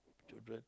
children